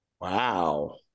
Wow